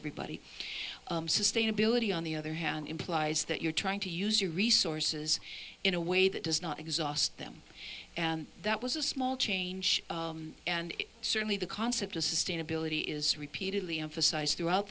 everybody sustainability on the other hand implies that you're trying to use your resources in a way that does not exhaust them and that was a small change and certainly the concept of sustainability is repeatedly emphasized throughout